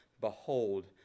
behold